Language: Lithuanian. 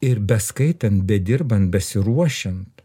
ir beskaitant bedirbant besiruošiant